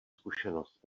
zkušenost